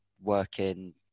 working